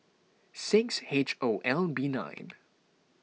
six H O L B nine